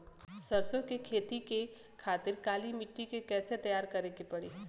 सरसो के खेती के खातिर काली माटी के कैसे तैयार करे के पड़ी?